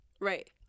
right